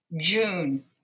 June